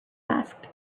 asked